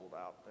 out